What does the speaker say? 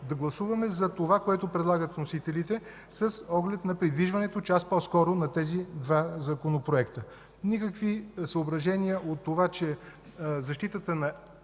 Да гласуваме за това, което предлагат вносителите, с оглед на предвижването час по-скоро на тези два законопроекта. Никакви съображения от това, че защитата на